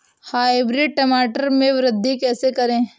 Hybrid टमाटर में वृद्धि कैसे करें?